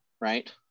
right